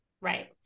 Right